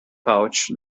pouch